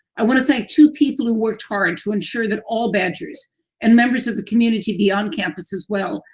i want to thank two people who worked hard to ensure that all badgers and members of the community beyond campus as well,